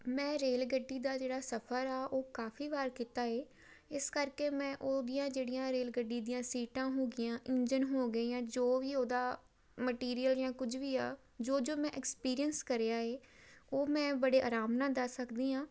ਮੈਂ ਰੇਲ ਗੱਡੀ ਦਾ ਜਿਹੜਾ ਸਫ਼ਰ ਆ ਉਹ ਕਾਫੀ ਵਾਰ ਕੀਤਾ ਹੈ ਇਸ ਕਰਕੇ ਮੈਂ ਉਹਦੀਆਂ ਜਿਹੜੀਆਂ ਰੇਲ ਗੱਡੀ ਦੀਆਂ ਸੀਟਾਂ ਹੋ ਗਈਆਂ ਇੰਜਨ ਹੋ ਗਈਆਂ ਜੋ ਵੀ ਉਹਦਾ ਮਟੀਰੀਅਲ ਜਾਂ ਕੁਝ ਵੀ ਆ ਜੋ ਜੋ ਮੈਂ ਐਕਸਪੀਰੀਅੰਸ ਕਰਿਆ ਹੈ ਉਹ ਮੈਂ ਬੜੇ ਆਰਾਮ ਨਾਲ ਦੱਸ ਸਕਦੀ ਹਾਂ